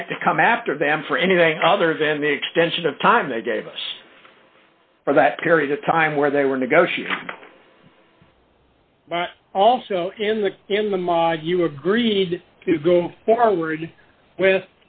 right to come after them for anything other than the extension of time they gave us for that period of time where they were negotiating but also in the in the model you agreed to go forward with